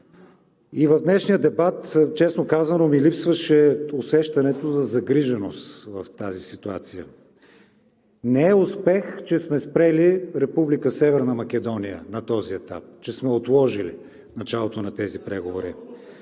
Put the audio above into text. И в днешния дебат, честно казано, ми липсваше усещането за загриженост в тази ситуация. Не е успех, че сме спрели Република Северна Македония на този етап, че сме отложили началото на тези преговори.